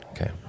Okay